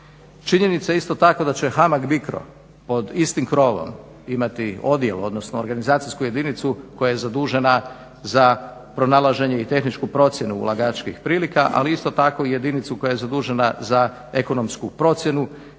Činjenica je isto tako da će HAMAG-BICRO pod istim krovom imati odjel, odnosno organizacijsku jedinicu koja je zadužena za pronalaženje i tehničku procjenu ulagačkih prilika, ali isto tako i jedinicu koja je zadužena za ekonomsku procjenu